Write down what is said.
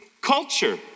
culture